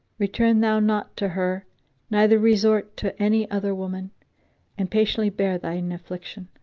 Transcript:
return thou not to her neither resort to any other woman and patiently bear thine affliction,